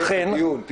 זה כבר דיון.